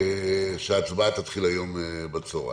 ההצבעה תתחיל היום בצוהריים.